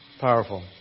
Powerful